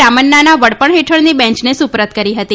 રામન્નાના વડપણ હેઠળની બેંચને સુપ્રત કરી હતી